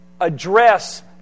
address